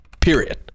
period